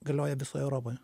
galioja visoje europoje